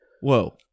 Whoa